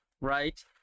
right